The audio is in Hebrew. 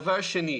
דבר שני,